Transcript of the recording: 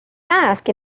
asked